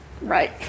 Right